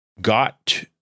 got